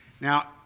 Now